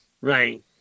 Right